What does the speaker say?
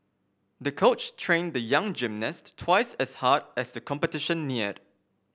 the coach trained the young gymnast twice as hard as the competition neared